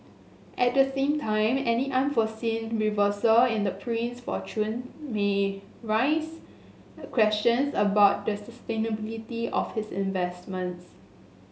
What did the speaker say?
at the same time any unforeseen reversal in the prince's fortune may raise questions about the sustainability of his investments